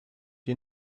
you